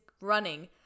running